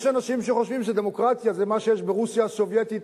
יש אנשים שחושבים שדמוקרטיה זה מה שיש ברוסיה הסובייטית,